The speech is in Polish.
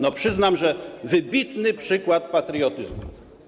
No przyznam, że wybitny przykład patriotyzmu.